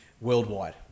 worldwide